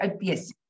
Yes